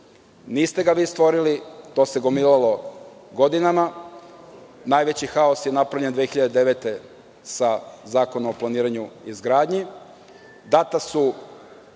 Niste ga vi stvorili, to se gomilalo godinama. Najveći haos je napravljen 2009. godine sa Zakonom o planiranju i izgradnji. Data su